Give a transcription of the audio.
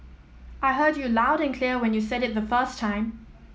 I heard you loud and clear when you said it the first time